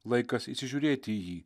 laikas įsižiūrėti į jį